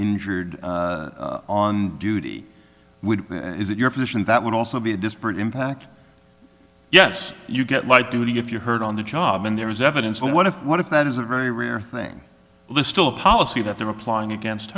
injured on duty is it your position that would also be a disparate impact yes you get light duty if you're hurt on the job and there is evidence of what if what if that is a very rare thing this still a policy that they're applying against